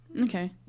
Okay